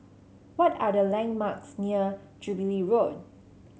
what are the landmarks near Jubilee Road